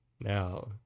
Now